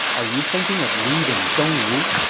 are you thinking of leaving dongwu?